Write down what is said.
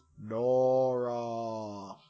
Nora